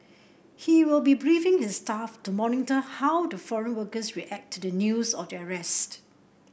he will be briefing his staff to monitor how the foreign workers react to the news of the arrests